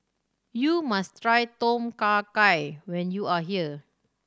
you must try Tom Kha Gai when you are here